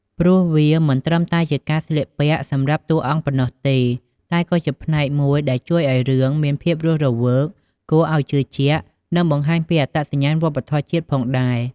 ព្រោះវាមិនមែនត្រឹមតែជាការស្លៀកពាក់សម្រាប់តួអង្គប៉ុណ្ណោះទេ តែក៏ជាផ្នែកមួយដែលជួយឲ្យរឿងមានភាពរស់រវើក គួរឱ្យជឿជាក់ និងបង្ហាញពីអត្តសញ្ញាណវប្បធម៌ជាតិផងដែរ ។